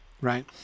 right